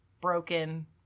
broken